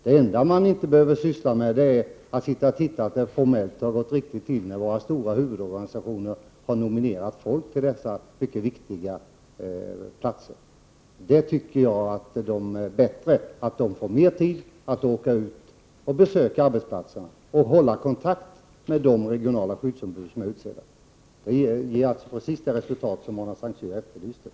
Det enda man inte behöver syssla med är att se över att det formellt har gått riktigt till när våra stora huvudorganisationer har nominerat folk till dessa mycket viktiga platser. Jag tycker att det är bättre att yrkesinspektionen får mer tid att åka ut och besöka arbetsplatserna och hålla kontakt med de regionala skyddsombud som är utsedda. Det ger precis det resultat som Mona Saint Cyr efterlyser.